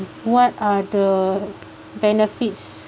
what are the benefits